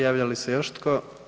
Javlja li se još tko?